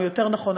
יותר נכון,